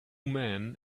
men